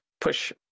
push